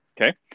Okay